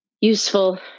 useful